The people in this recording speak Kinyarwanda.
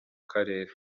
karere